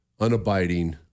unabiding